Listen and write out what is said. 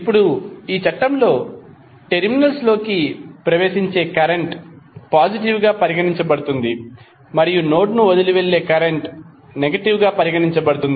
ఇప్పుడు ఈ చట్టంలో టెర్మినల్స్ లోకి ప్రవేశించే కరెంట్ పాజిటివ్ గా పరిగణించబడుతుంది మరియు నోడ్ ను వదిలి వెళ్ళే కరెంట్ నెగటివ్ గా పరిగణించబడుతుంది